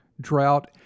drought